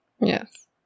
yes